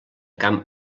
camp